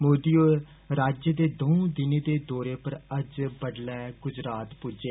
मोदी होर राज्य दे दौंऊ दिनें दे दौरे पर अज्ज बड्डलै गुजरात पुज्जे